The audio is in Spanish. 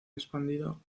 expandido